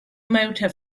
motor